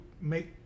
make